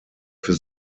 für